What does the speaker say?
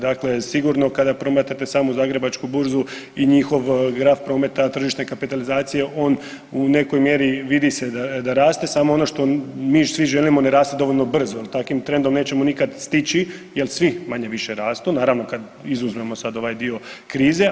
Dakle, sigurno kada promatrate samu Zagrebačku burzu i njihov graf prometa tržišne kapitalizacije on u nekoj mjeri vidi se da raste, samo ono što mi svi želimo ne raste dovoljno brzo jel takvim trendom nećemo nikad stići jel svi manje-više rastu, naravno kad izuzmemo sad ovaj dio krize.